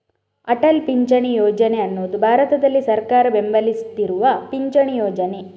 ಅಟಲ್ ಪಿಂಚಣಿ ಯೋಜನೆ ಅನ್ನುದು ಭಾರತದಲ್ಲಿ ಸರ್ಕಾರ ಬೆಂಬಲಿಸ್ತಿರುವ ಪಿಂಚಣಿ ಯೋಜನೆ